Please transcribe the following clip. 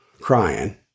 crying